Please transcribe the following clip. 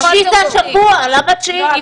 השישי זה השבוע, למה תשיעי?